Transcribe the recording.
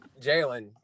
Jalen